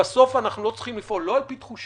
בסוף אנחנו לא צריכים לפעול לא על פי תחושות,